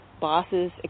bosses